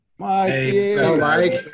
Mike